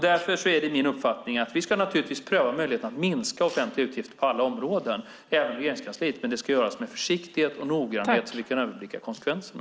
Därför är det min uppfattning att vi naturligtvis ska pröva möjligheten att minska de offentliga utgifterna på alla områden, även Regeringskansliet, men det ska göras med försiktighet och noggrannhet så att vi kan överblicka konsekvenserna.